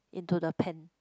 into the pan